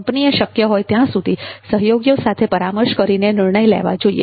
કંપનીએ શક્ય હોય ત્યાં સુધી સહયોગીઓ સાથે પરામર્શ કરીને નિર્ણયો લેવા જોઈએ